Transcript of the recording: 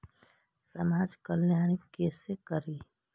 समाज कल्याण केसे करी?